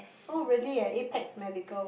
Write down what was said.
oh really leh Apex medical